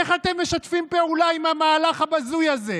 איך אתם משתפים פעולה עם המהלך הבזוי הזה?